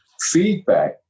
feedback